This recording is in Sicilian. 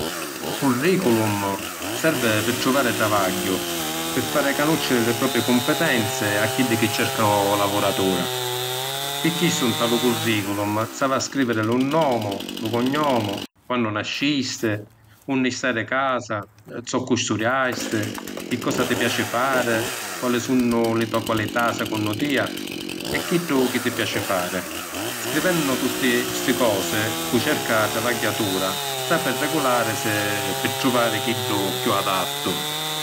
Lu curriculum servi pi truvari travagghiu, pi fari canusciri li propii cumpetenzi a chiddi chi cercanu lavuratura. Pi chistu nta lu curriculum s’havi a scriviri lu nnomu, lu cugnomu, quannu nascisti, unni stai di casa, zoccu studiasti, chi cosa ti piaci fari, quali sunnu li to’ qualità secunnu tia e chiddu chi ti piaci fari. Scrivennu tutti sti cosi cu’ cerca travagghiatura sapi regularisi pi truvari chiddu chiù adattu.